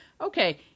okay